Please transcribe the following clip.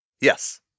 Yes